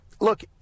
Look